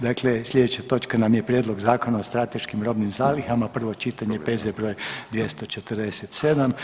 Dakle, sljedeća točka nam je - Prijedlog zakona o strateškim robnim zalihama, prvo čitanje, P.Z. br. 247.